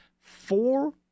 four